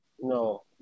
No